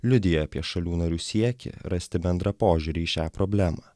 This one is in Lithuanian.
liudija apie šalių narių siekį rasti bendrą požiūrį į šią problemą